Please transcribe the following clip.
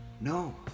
No